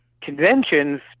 conventions